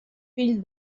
fill